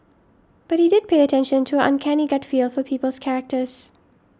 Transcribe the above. but he did pay attention to her uncanny gut feel for people's characters